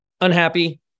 unhappy